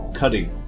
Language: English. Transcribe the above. cutting